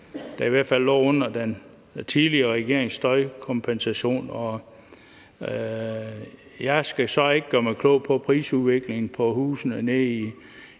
det, der i hvert fald lå under den tidligere regerings støjkompensation. Jeg skal så ikke gøre mig klog på prisudviklingen på husene nede i